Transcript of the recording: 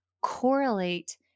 correlate